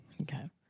Okay